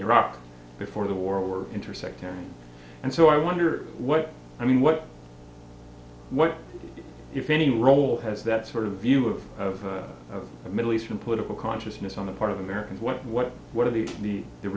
iraq before the war were intersected and so i wonder what i mean what what if any role has that sort of view of a middle eastern political consciousness on the part of americans what what what are the